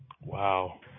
Wow